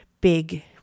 big